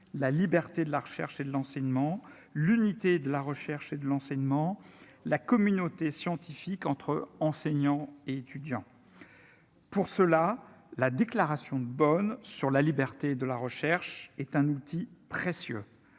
la liberté de la recherche et de l'enseignement, l'unité de la recherche et de l'enseignement, la communauté scientifique entre enseignants et étudiants pour ceux-là, la déclaration de bonnes sur la liberté de la recherche est un outil précieux